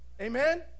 amen